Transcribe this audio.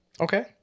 Okay